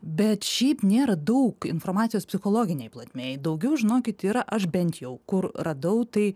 bet šiaip nėra daug informacijos psichologinėj plotmėj daugiau žinokit yra aš bent jau kur radau tai